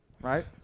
Right